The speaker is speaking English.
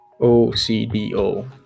OCDO